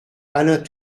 alain